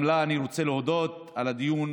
גם לה אני רוצה להודות על הדיון